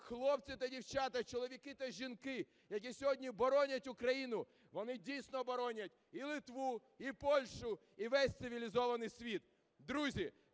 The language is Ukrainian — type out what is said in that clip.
хлопці та дівчата, чоловіки та жінки, які сьогодні боронять Україну, вони дійсно боронять і Литву, і Польщу, і весь цивілізований світ. Друзі,